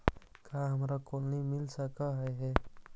का हमरा कोलनी मिल सकले हे?